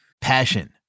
Passion